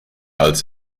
als